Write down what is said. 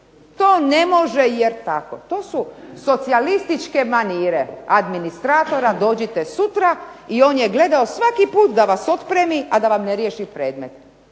To ne može jer je tako. To su socijalističke manire, administratora, dođite sutra i on je gledao svaki puta da vas otpremi a da vam ne riješi predmet.